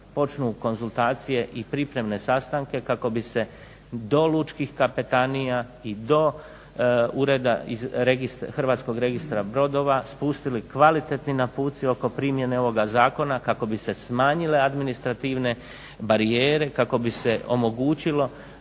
počnu konzultacije i pripremne sastanke kako bi se do lučkih kapetanija i do ureda hrvatskog registra brodova spustili … napuci oko primjene ovoga zakona kako bi se smanjile administrativne barijere kako bi se omogućilo